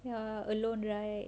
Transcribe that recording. you're alone right